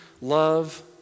love